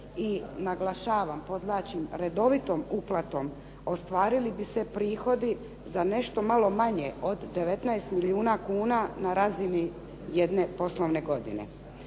i naglašavam, podvlačim redovitom uplatom ostvarili bi se prihodi za nešto malo manje od 19 milijuna kuna na razini jedne poslovne godine.